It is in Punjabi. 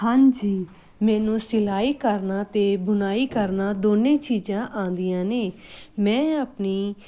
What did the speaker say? ਹਾਂਜੀ ਮੈਨੂੰ ਸਿਲਾਈ ਕਰਨਾ ਅਤੇ ਬੁਣਾਈ ਕਰਨਾ ਦੋਨੇ ਚੀਜ਼ਾਂ ਆਉਂਦੀਆਂ ਨੇ ਮੈਂ ਆਪਣੀ